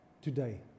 today